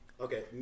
Okay